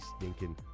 stinking